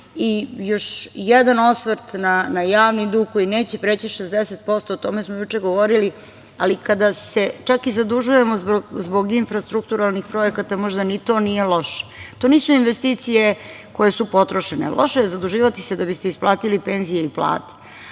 i još jedan osvrt na javni dug, koji neće preći 60%, o tome smo juče govorili, ali kada se čak i zadužujemo zbog infrastrukturalnih projekata, možda ni to nije loše. To nisu investicije koje su potrošene. Loše je zaduživati se da biste isplatili penzije ili plate,